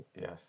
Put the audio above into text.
Yes